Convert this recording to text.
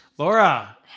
Laura